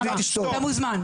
אתה מוזמן.